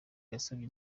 yasabye